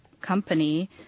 company